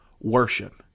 worship